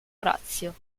orazio